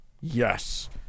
yes